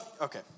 okay